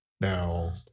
Now